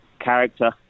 character